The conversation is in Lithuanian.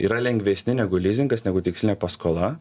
yra lengvesni negu lizingas negu tikslinė paskola